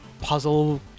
puzzle